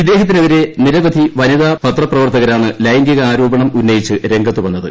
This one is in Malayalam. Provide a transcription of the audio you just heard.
ഇദ്ദേഹത്തിനെതിരെ നിരവധി വനിതാ പത്രപ്രവർത്തകരാണ് ലൈംഗികാരോപണം ഉന്നയിച്ച് രംഗത്ത് വന്നത്